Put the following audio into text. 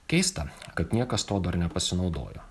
keista kad niekas tuo dar nepasinaudojo